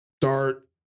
start